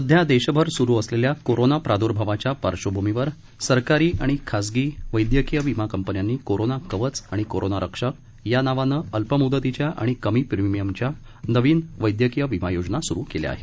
सध्या देशभर सुरु असलेल्या कोरोना प्रादुर्भावाच्या पार्श्वभूमीवर सरकारी आणि खासगी वैदयकीय विमा कंपन्यांनी कोरोना कवच आणि कोरोना रक्षक नावाने अल्प मुदतीच्या आणि कमी प्रिमिअमच्या नवीन वैदयकीय विमा योजना सुरु केल्या आहेत